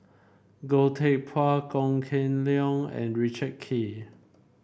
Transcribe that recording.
Goh Teck Phuan Goh Kheng Long and Richard Kee